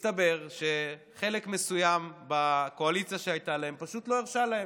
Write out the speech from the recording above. מסתבר שחלק מסוים מהקואליציה שהייתה להם פשוט לא הרשה להם,